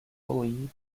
bullied